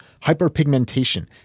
hyperpigmentation